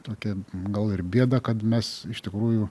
tokią gal ir bėdą kad mes iš tikrųjų